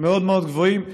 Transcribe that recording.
מאוד מאוד גבוהים.